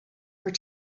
were